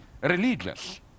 religious